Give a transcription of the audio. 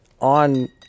On